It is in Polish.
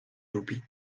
lubi